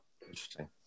Interesting